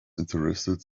interested